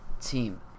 team